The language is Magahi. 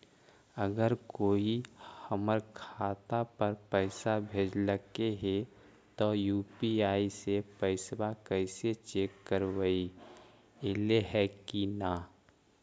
अगर कोइ हमर खाता पर पैसा भेजलके हे त यु.पी.आई से पैसबा कैसे चेक करबइ ऐले हे कि न?